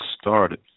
started